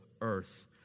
earth